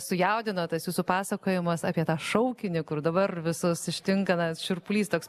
sujaudino tas jūsų pasakojimas apie tą šaukinį kur dabar visus ištinka na šiurpulys toks